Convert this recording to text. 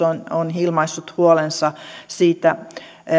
on on ilmaissut huolensa siitä